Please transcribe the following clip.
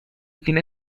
tiene